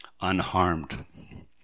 unharmed